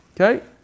Okay